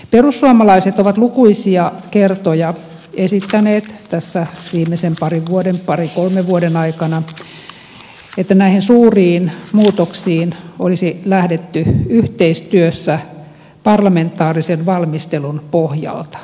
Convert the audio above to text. perussuomalaiset ovat lukuisia kertoja esittäneet tässä viimeisen parinkolmen vuoden aikana että näihin suuriin muutoksiin olisi lähdetty yhteistyössä parlamentaarisen valmistelun pohjalta